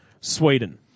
Sweden